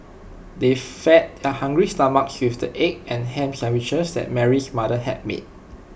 they fed their hungry stomachs with the egg and Ham Sandwiches that Mary's mother had made